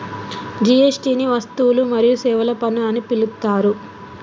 GST ని వస్తువులు మరియు సేవల పన్ను అని పిలుత్తారు